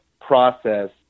process